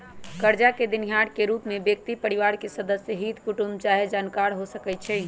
करजा देनिहार के रूप में व्यक्ति परिवार के सदस्य, हित कुटूम चाहे जानकार हो सकइ छइ